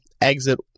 exit